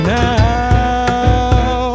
now